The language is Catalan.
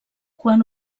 quan